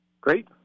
Great